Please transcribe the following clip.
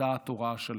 הייתה התורה השלטת,